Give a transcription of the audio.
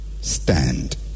Stand